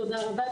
תודה רבה.